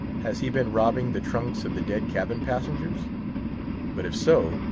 has he been robbing the trunks of the dead cabin-passengers? but if so,